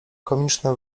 komiczne